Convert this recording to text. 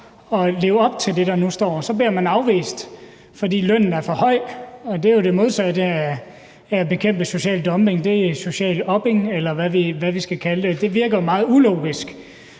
at leve op til det, der nu står, men så bliver man afvist, fordi lønnen er for høj. Og det er jo det modsatte af at bekæmpe social dumping; det er social upping, eller hvad vi skal kalde det. Det virker meget ulogisk